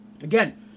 Again